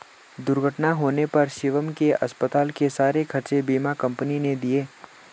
दुर्घटना होने पर शिवम के अस्पताल के सारे खर्चे बीमा कंपनी ने दिए